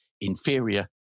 Inferior